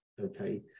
Okay